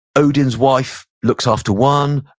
odin's wife, looks after one.